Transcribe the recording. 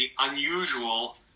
unusual